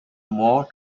more